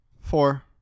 four